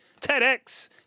TEDx